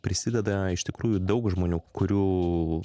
prisideda iš tikrųjų daug žmonių kurių